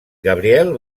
gabriel